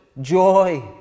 joy